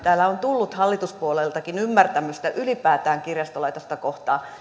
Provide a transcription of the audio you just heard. että täällä on tullut hallituspuolueiltakin ymmärtämystä ylipäätään kirjastolaitosta kohtaan